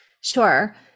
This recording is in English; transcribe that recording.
Sure